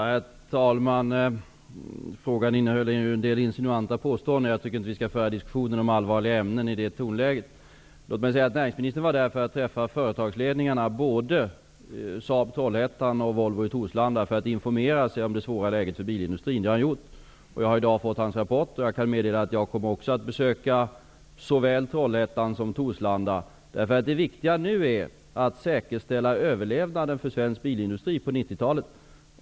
Herr talman! Frågan innehöll en del insinuanta påståenden, och jag tycker inte att vi skall föra en diskussion om allvarliga ämnen i det tonläget. Låt mig säga att näringsministern var där för att träffa företagsledningarna i både Saab i Trollhättan och Volvo i Torslanda för att informera sig om det svåra läget för bilindustrin. Det har han gjort, och jag har i dag fått hans rapport. Jag kan meddela att jag också kommer att besöka såväl Trollhättan som Torslanda. Det viktiga nu är nämligen att säkerställa överlevnaden för svensk bilindustri på 90-talet.